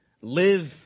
Live